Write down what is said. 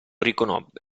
riconobbe